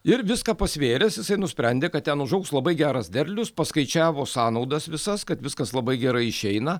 ir viską pasvėręs jisai nusprendė kad ten užaugs labai geras derlius paskaičiavo sąnaudas visas kad viskas labai gerai išeina